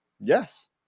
Yes